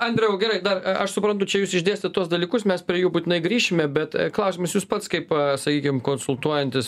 andriau gerai dar a aš suprantu čia jūs išdėstėt tuos dalykus mes prie jų būtinai grįšime bet klausimas jūs pats kaip sakykim konsultuojantis